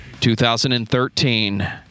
2013